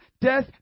death